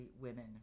women